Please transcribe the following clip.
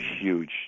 huge